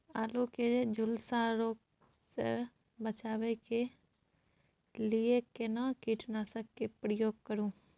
आलू के झुलसा रोग से बचाबै के लिए केना कीटनासक के प्रयोग करू